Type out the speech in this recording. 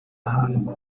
ahantu